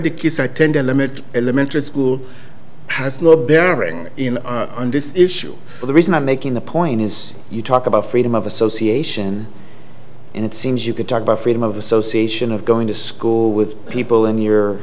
kids are tend to limit elementary school has no bearing on this issue the reason i'm making the point is you talk about freedom of association and it seems you can talk about freedom of association of going to school with people in your